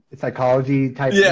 psychology-type